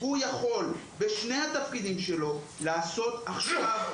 הוא יכול בשני התפקידים שלו לעשות עכשיו,